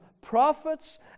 prophets